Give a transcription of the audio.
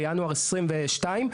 בינואר 2022,